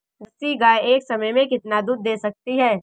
Jersey गाय एक समय में कितना दूध दे सकती है?